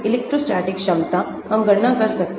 electrostatic क्षमता हम गणना कर सकते हैं